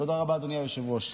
תודה רבה, אדוני היושב-ראש.